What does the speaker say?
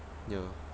ya